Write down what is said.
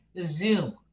Zoom